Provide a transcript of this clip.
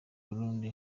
burundi